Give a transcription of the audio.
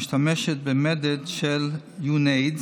משתמשת במדד של UNAIDS